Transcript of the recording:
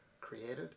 created